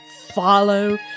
follow